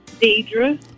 Deidre